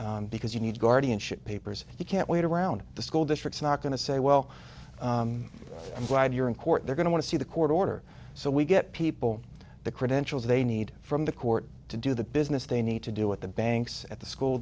school because you need guardianship papers you can't wait around the school districts not going to say well i'm glad you're in court they're going to see the court order so we get people the credentials they need from the court to do the business they need to do with the banks at the school